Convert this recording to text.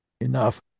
enough